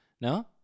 No